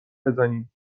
بزنیم